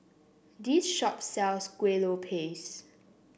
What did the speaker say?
this shop sells Kuih Lopes